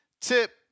Tip